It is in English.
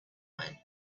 one